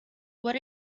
what